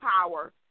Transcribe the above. power